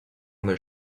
their